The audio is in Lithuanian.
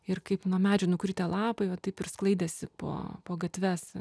ir kaip nuo medžių nukritę lapai va taip ir sklaidėsi po po gatves